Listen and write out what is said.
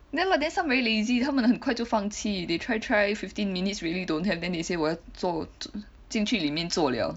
then like there's some very lazy 他们很快就放弃 they try try fifteen minutes really don't have then they say 我要坐进去里面坐了